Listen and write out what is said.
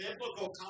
biblical